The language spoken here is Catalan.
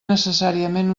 necessàriament